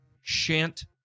shan't